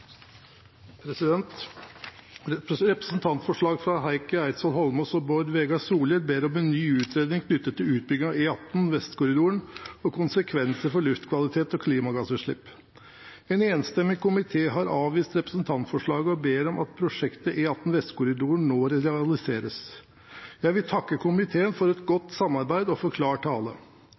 fra representantene Heikki Eidsvoll Holmås og Bård Vegar Solhjell foreslås en ny utredning knyttet til utbygging av E18 Vestkorridoren og konsekvenser for luftkvalitet og klimagassutslipp. En enstemmig komité har avvist representantforslaget og ber om at prosjektet E18 Vestkorridoren nå realiseres. Jeg vil takke komiteen for et godt samarbeid og for klar tale.